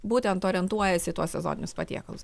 būtent orientuojasi į tuos sezoninius patiekalus